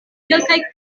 kelkaj